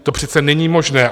To přece není možné.